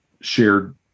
shared